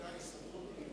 סמכותה היא סמכות נגזרת,